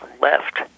left